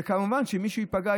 וכמובן שאם מישהו ייפגע,